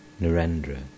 Narendra